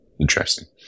Interesting